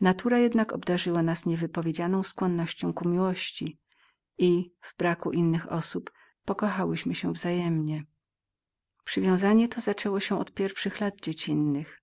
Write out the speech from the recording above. natura jednak obdarzyła nas niewypowiedzianą skłonnością do miłości i w braku innych osób pokochałyśmy się wzajemnie przywiązanie to zaczęło się od pierwszych lat dziecinnych